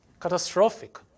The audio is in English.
catastrophic